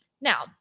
Now